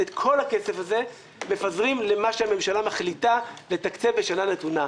ואת כל הכסף הזה מפזרים למה שהממשלה מחליטה לתקצב בשנה מתונה.